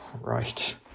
right